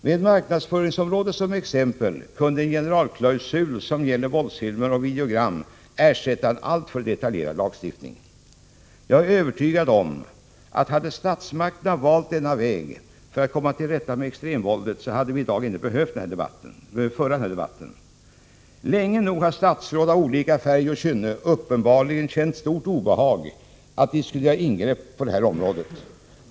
Med marknadsföringsområdet som exempel kunde en generalklausul som gäller våldsfilmer och videogram ersätta en alltför detaljerad lagstiftning. Jag är övertygad om att hade statsmakterna valt den vägen för att komma till rätta med extremvåldet, hade vi i dag inte behövt föra denna debatt. Länge nog har statsråd av olika färg och kynne uppenbarligen känt stort obehag att diskutera ingrepp på detta område.